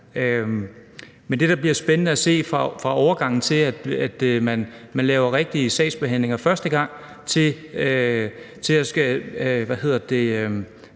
Men det bliver spændende at se overgangen til, at man laver en rigtig sagsbehandling første gang, og se, hvordan